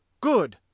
Good